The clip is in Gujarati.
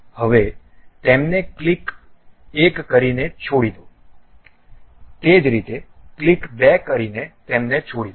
હવે તેમને ક્લિક 1 કરીને છોડી દો તે જ રીતે ક્લિક 2 કરીને તેમને છોડી દો